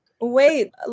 Wait